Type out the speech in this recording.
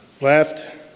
Left